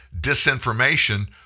disinformation